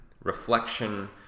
reflection